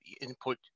input